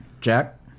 Jack